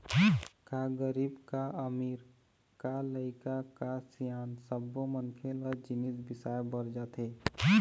का गरीब का अमीर, का लइका का सियान सब्बो मनखे ल जिनिस बिसाए बर जाथे